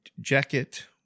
jacket